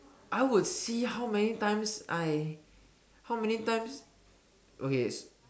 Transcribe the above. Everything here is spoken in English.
I would see how many times I how many times okay